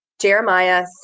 Jeremiah